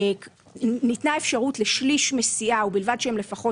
ניתנה אפשרות לשליש מסיעה - ובלבד שהם לפחות